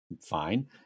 fine